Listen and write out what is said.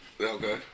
Okay